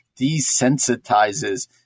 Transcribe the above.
desensitizes